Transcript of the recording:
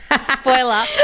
spoiler